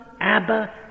Abba